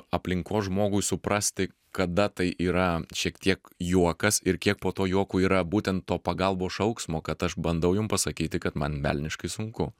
aplinkos žmogui suprasti kada tai yra šiek tiek juokas ir kiek po to juoko yra būtent to pagalbos šauksmo kad aš bandau jum pasakyti kad man velniškai sunku